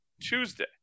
Tuesday